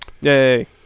Yay